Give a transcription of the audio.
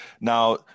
Now